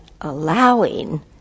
allowing